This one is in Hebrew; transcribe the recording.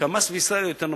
שהמס בישראל יהיה יותר נמוך.